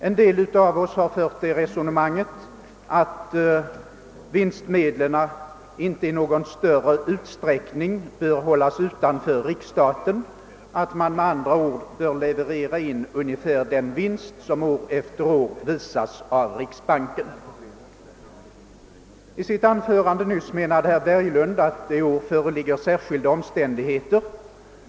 En del av oss har fört det resonemanget, att vinstmedlen inte i någon större utsträckning bör hållas utanför riksstaten, utan att man, med andra ord, bör leverera in ungefär den vinst som år efter år redovisas av riksbanken. I sitt anförande nyss menade herr Berglund, att det i år föreligger särskilda omständigheter.